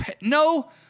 no